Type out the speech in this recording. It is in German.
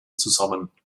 zusammen